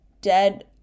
dead